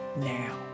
now